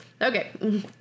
okay